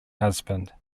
husband